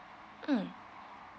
mm